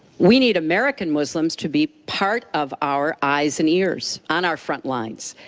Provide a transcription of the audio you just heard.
we need american muslims to be part of our eyes and ears on our front lawns.